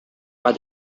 but